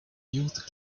youth